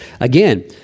Again